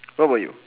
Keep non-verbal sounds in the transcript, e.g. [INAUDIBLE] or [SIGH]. [NOISE] what about you